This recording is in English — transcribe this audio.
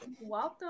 Welcome